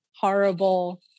horrible